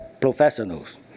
professionals